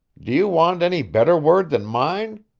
do you want any better word than mine?